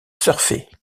surfer